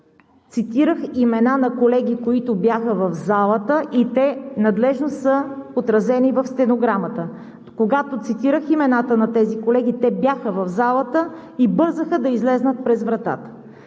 цитирах имена на колеги, които бяха в залата, и те надлежно са отразени в стенограмата. Когато цитирах имената на тези колеги, те бяха в залата и бързаха да излязат през вратата.